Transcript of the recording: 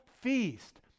feast